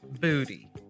booty